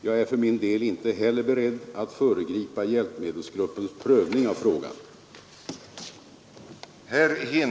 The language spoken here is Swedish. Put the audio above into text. Jag är för min del inte heller beredd att föregripa hjälpmedelsgruppens prövning av frågan.